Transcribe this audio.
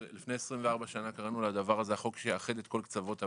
לפני 24 שנה קראנו לדבר הזה החוק שיאחד את כל קצוות הבית.